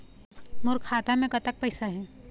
मोर खाता मे कतक पैसा हे?